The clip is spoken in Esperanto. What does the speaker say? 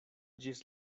ĝis